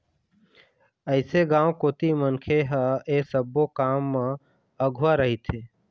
अइसे गाँव कोती मनखे ह ऐ सब्बो काम म अघुवा रहिथे